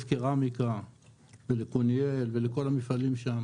קרמיקה ולכל המפעלים שם